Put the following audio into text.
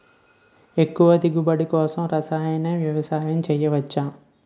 ఎక్కువ దిగుబడి కోసం రసాయన వ్యవసాయం చేయచ్చ?